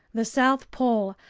the south pole,